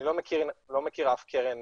אני לא מכיר אף קרן,